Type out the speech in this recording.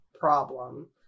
problem